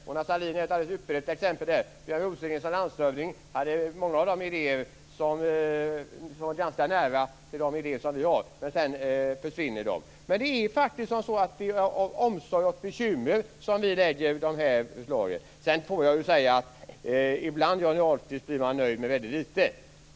Mona Sahlin är ett alldeles ypperligt exempel. Björn Rosengren hade som landshövding många idéer som låg ganska nära de idéer som vi har, men sedan försvann de. Det är faktiskt av omsorg som vi lägger fram dessa förslag. Ibland, Johnny Ahlqvist, blir man nöjd med väldigt lite.